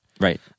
Right